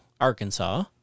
Arkansas